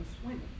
swimming